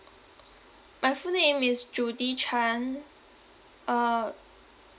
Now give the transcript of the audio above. my full name is judy chan uh